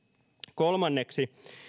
kolmanneksi